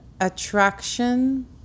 attraction